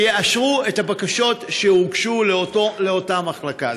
שיאשרו את הבקשות שהוגשו לאותה מחלקה.